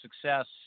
success